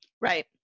Right